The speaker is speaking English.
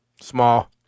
small